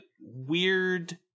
weird